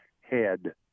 head